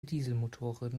dieselmotoren